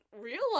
realize